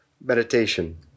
meditation